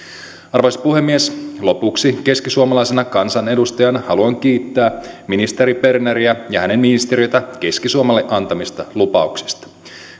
arvoisa puhemies lopuksi keskisuomalaisena kansanedustajana haluan kiittää ministeri berneriä ja hänen ministeriötään keski suomelle annetuista lupauksista